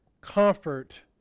comfort